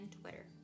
Twitter